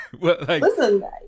listen